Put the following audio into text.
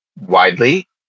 widely